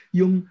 yung